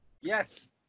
Yes